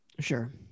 Sure